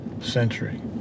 century